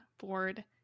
board